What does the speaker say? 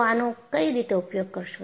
તો આનો કઈ રીતે ઉપયોગ કરશો